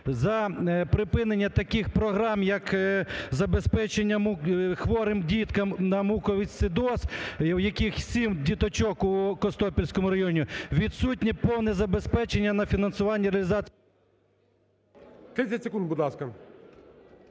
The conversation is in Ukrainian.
за припинення таких програм, як забезпечення хворим діткам на муковисцидоз, в яких сім діточок у Костопільському районі, відсутнє повне забезпечення на фінансування, реалізацію… ГОЛОВУЮЧИЙ. 30 секунд, будь ласка.